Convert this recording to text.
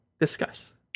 Discuss